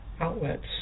outlets